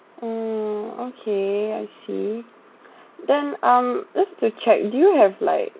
oh okay I see then um just to check do you have like